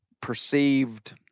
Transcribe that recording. perceived